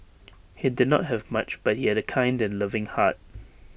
he did not have much but he had A kind and loving heart